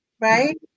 right